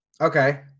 Okay